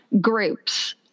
groups